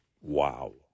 Wow